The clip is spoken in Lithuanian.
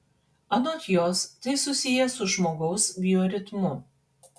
anot jos tai susiję su žmogaus bioritmu